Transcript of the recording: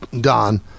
Don